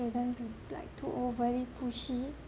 shouldn't like too overly pushy